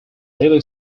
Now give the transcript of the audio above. lily